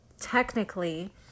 technically